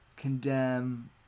condemn